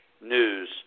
news